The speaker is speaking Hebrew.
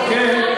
חכה.